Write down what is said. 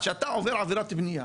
כשאתה עובר עבירת בנייה.